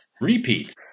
Repeat